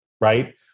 right